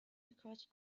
because